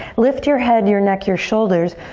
lift your head, your neck, your shoulders.